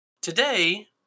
Today